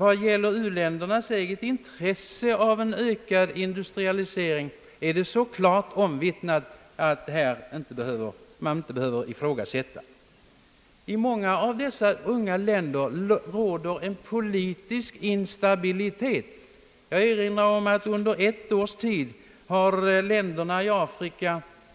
Vad gäller u-ländernas eget intresse av industrialisering är det så klart omvittnat att det inte kan ifrågasättas. I många av dessa unga länder råder politisk instabilitet. Jag erinrar om att under ett års tid har